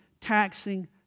taxing